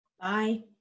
Bye